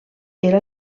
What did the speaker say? era